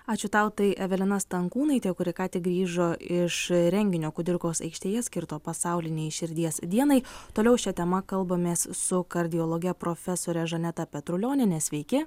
ačiū tau tai evelina stankūnaitė kuri ką tik grįžo iš renginio kudirkos aikštėje skirto pasaulinei širdies dienai toliau šia tema kalbamės su kardiologe profesore žaneta petrulioniene sveiki